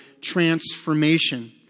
transformation